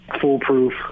foolproof